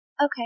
Okay